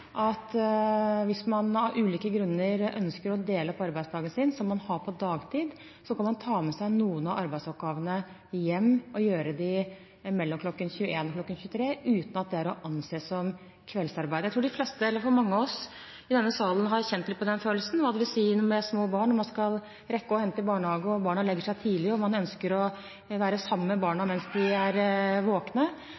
at hvis man av ulike grunner ønsker å dele opp arbeidsdagen sin, som man har på dagtid, kan man ta med seg noen av arbeidsoppgavene hjem og gjøre dem mellom kl. 21 og kl. 23, uten at det er å anse som kveldsarbeid. Jeg tror nok mange av oss i denne salen har kjent litt på den følelsen, hva det vil si når man har små barn man skal rekke å hente i barnehage, barna legger seg tidlig og man ønsker å være sammen med barna